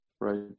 right